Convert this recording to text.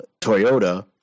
Toyota